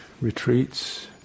retreats